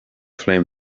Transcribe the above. flame